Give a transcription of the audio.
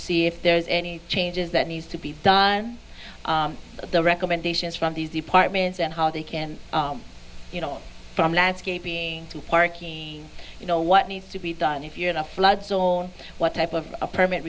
see if there's any changes that needs to be done the recommendations from these departments and how they can you know from landscaping to parking you know what needs to be done if you're in a flood zone what type of a permit